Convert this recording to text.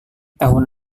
tahun